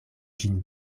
ĝin